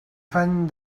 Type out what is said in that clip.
fan